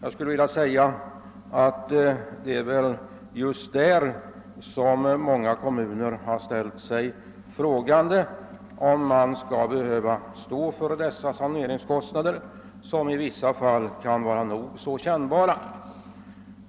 Det är just många sådana kommuner som har ställt sig frågande till om de skall behöva stå för dessa saneringskostnader, som i vissa fall kan vara nog så kännbara.